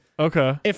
Okay